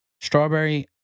Strawberry